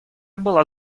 была